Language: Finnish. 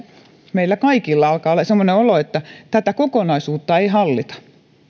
meillä kaikilla alkaa olla semmoinen olo että tätä kokonaisuutta ei hallita